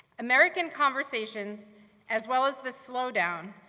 american conversations as well as the slowdown,